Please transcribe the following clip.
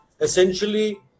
Essentially